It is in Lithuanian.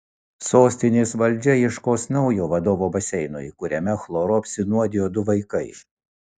sostinės valdžia ieškos naujo vadovo baseinui kuriame chloru apsinuodijo du vaikai